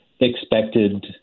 expected